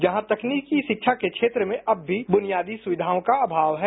जहां तकनीकी शिक्षा के क्षेत्र में अब भी बुनियादी सुविधाओं का अभाव हैं